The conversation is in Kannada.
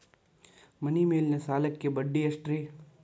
ಮನಿ ಮೇಲಿನ ಸಾಲಕ್ಕ ಬಡ್ಡಿ ಎಷ್ಟ್ರಿ?